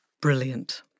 brilliant